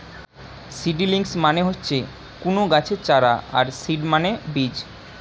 seedlings মানে হচ্ছে কুনো গাছের চারা আর সিড মানে বীজ